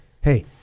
Hey